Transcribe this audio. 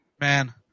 Man